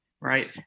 right